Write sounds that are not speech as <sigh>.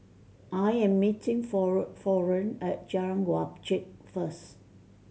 I am meeting <unintelligible> Florene at Jalan Wajek first